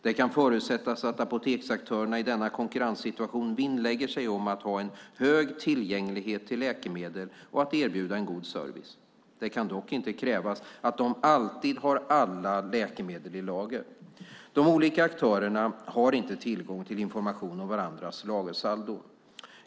Det kan förutsättas att apoteksaktörerna i denna konkurrenssituation vinnlägger sig om att ha en hög tillgänglighet till läkemedel och att erbjuda en god service. Det kan dock inte krävas att de alltid har alla läkemedel i lager. De olika aktörerna har inte tillgång till information om varandras lagersaldon.